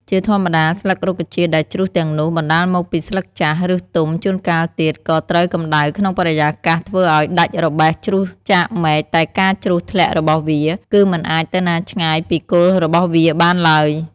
ជាធម្មតា ស្លឹករុក្ខជាតិដែលជ្រុះទាំងនោះ បណ្តាលមកពីស្លឹកចាស់ ឬទុំ ជួនកាលទៀត ការត្រូវកំដៅក្នុងបរិយាកាសធ្វើអោយដាច់របេះជ្រុះចាកមែកតែការជ្រុះធ្លាក់របស់វា គឺមិនអាចទៅណាឆ្ងាយពីគល់របស់វាបានឡើយ។